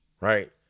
right